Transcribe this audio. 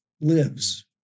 lives